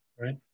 right